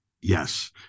Yes